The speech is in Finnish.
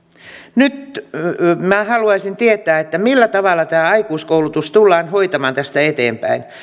nyt haluaisin tietää millä tavalla tämä aikuiskoulutus tullaan hoitamaan tästä eteenpäin